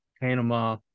panama